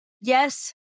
yes